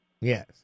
Yes